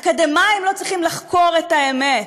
אקדמאים לא צריכים לחקור את האמת,